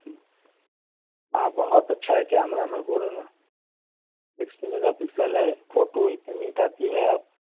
آ بہت اچھا ہے کیمرہ میں بول رہا ہوں نہ سکس میگا پکسل ہے اور فوٹو نیٹ آتی ہیں